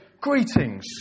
greetings